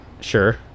sure